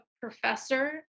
professor